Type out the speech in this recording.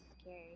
scary